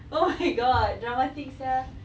oh my god dramatic [sial]